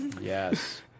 Yes